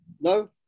No